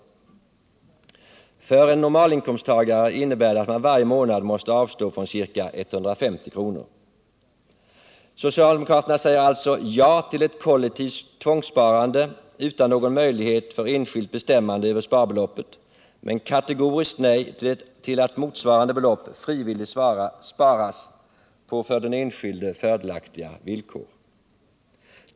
För en normalinkomsttagare innebär det att man varje månad måste avstå från ca 150 kr. Socialdemokraterna säger alltså ja till ett kollektivt tvångssparande utan någon möjlighet för enskilt bestämmande över sparbeloppet, men kategoriskt nej till att motsvarande belopp frivilligt sparas på för den enskilde fördelaktiga villkor.